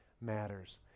matters